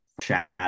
chat